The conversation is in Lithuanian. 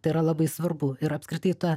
tai yra labai svarbu ir apskritai tą